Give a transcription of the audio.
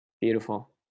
Beautiful